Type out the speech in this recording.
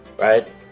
right